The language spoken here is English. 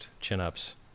chin-ups